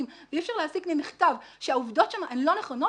ואי-אפשר להסיק ממכתב שהעובדות שם לא נכונות,